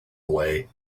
away